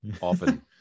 often